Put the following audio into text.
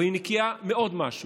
אבל היא נקייה מעוד משהו: